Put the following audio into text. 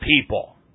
people